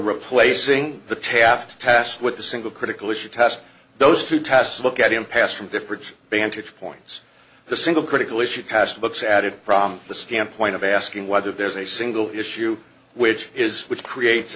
replacing the taft test with the single critical issue test those two tests look at impasse from different vantage points the single critical issue cast looks at it from the standpoint of asking whether there's a single issue which is which creates